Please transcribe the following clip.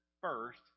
first